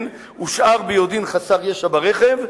הושאר ביודעין חסר ישע ברכב,